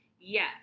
yes